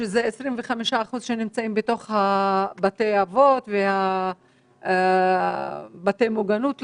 שזה 25% שנמצאים בתוך בתי האבות ובתי המוגנות,